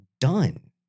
done